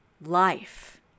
life